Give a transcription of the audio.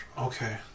Okay